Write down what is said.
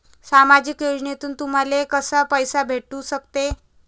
सामाजिक योजनेतून तुम्हाले कसा पैसा भेटू सकते?